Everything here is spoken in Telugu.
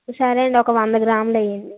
సరేండి ఒక వంద గ్రాములు వెయ్యండి